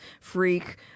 freak